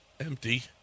empty